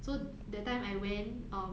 so that time I went um